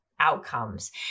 outcomes